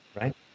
Right